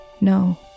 No